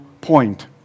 point